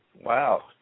wow